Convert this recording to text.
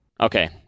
Okay